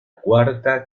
cuarta